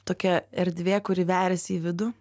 tokia erdvė kuri veriasi į vidų